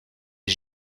les